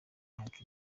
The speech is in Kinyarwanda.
myaka